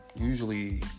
usually